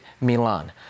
Milan